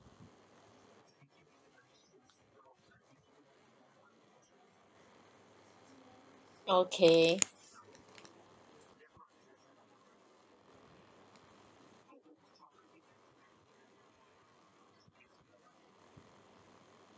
okay